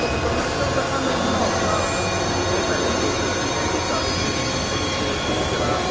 ꯅꯪꯅꯕꯨꯇ ꯍꯥꯟꯅꯇ ꯂꯥꯛꯑꯣ ꯂꯥꯛꯑꯒ ꯃꯐꯝ ꯀꯥꯏ ꯀꯥꯏ ꯀꯣꯏ ꯆꯠꯁꯤꯒꯦ ꯀꯔꯤ ꯀꯔꯤ ꯆꯔꯨꯁꯤ ꯈꯣꯠꯂꯨꯁꯤ ꯀꯤꯂꯤ ꯆꯥꯅꯥ